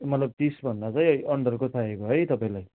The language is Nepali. मतलब तिसभन्दा चाहिँ अन्डरको चाहिएको है तपाईँलाई